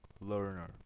learner